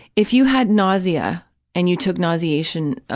if you had nausea and you took nauseation,